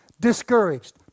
discouraged